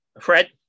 Fred